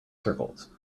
circles